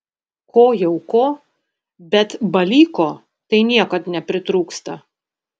ko jau ko bet balyko tai niekad nepritrūksta